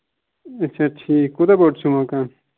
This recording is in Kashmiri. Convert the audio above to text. اَچھا ٹھیٖک کوٗتاہ بوٚڈ چھُو مَکانہٕ